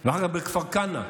הוא גר בכפר כנא.